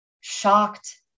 shocked